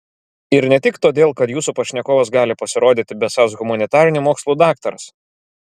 ir ne tik todėl kad jūsų pašnekovas gali pasirodyti besąs humanitarinių mokslų daktaras